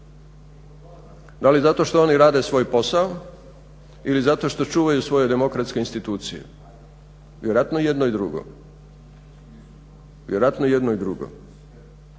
Da li zato što oni rade svoj posao ili zato što čuvaju svoje demokratske institucije? Vjerojatno i jedno i drugo.